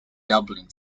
doubling